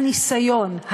הניסיון,